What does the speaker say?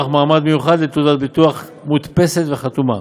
מעמד מיוחד לתעודת ביטוח מודפסת וחתומה